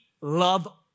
love